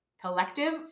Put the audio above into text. Collective